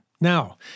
Now